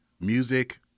music